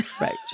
Right